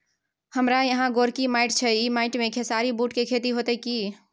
हमारा यहाँ गोरकी माटी छै ई माटी में खेसारी, बूट के खेती हौते की?